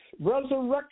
Resurrection